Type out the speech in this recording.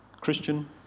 Christian